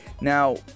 Now